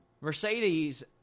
Mercedes